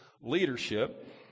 leadership